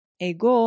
Ego